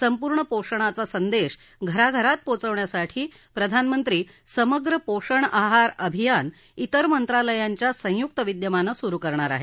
संपूर्ण पोषणाचा संदेश घरा घरात पोहोचवण्यासाठी प्रधानमंत्री समग्र पोषण आहार अभियान तिर मंत्रालयांच्या संयुक्त विद्यमानं सुरु करणार आहे